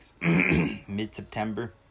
mid-september